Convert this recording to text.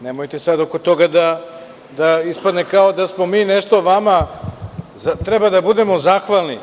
Nemojte sada oko toga da ispadne kao da mi nešto vama treba da budemo zahvalni.